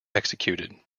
executed